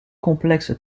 complexe